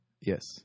Yes